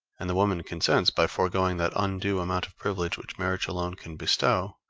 and the woman consents by foregoing that undue amount of privilege which marriage alone can bestow,